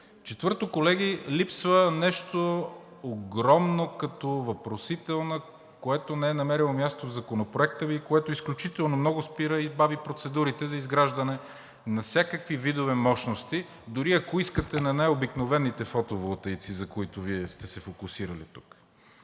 Четвърто, колеги, липсва нещо огромно като въпросителна, което не е намерило място в Законопроекта Ви, което изключително много спира и бави процедурите за изграждане на всякакви видове мощности. Дори, ако искате, на най-обикновените фотоволтаици, за които Вие сте се фокусирали тук.